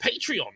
Patreon